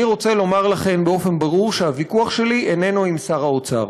אני רוצה לומר לכן באופן ברור שהוויכוח שלי איננו עם שר האוצר.